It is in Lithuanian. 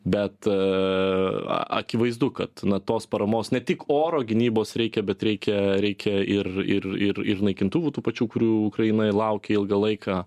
bet a akivaizdu kad na tos paramos ne tik oro gynybos reikia bet reikia reikia ir ir ir ir naikintuvų tų pačių kurių ukrainai laukia ilgą laiką